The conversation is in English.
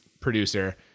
producer